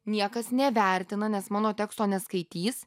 niekas nevertina nes mano teksto neskaitys